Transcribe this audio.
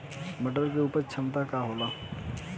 मटर के उपज क्षमता का होला?